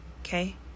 okay